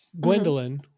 Gwendolyn